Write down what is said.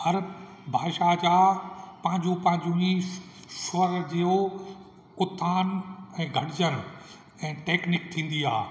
हर भाषा जा पंहिंजूं पंहिंजूं ई स स्वर जो उथान ऐं घटिजण ऐं टेक्निक थींदी आहे